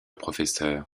professeur